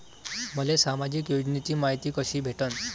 मले सामाजिक योजनेची मायती कशी भेटन?